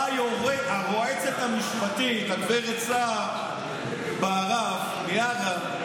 באה הרועצת המשפטית, הגב' סהר בהרב מיארה,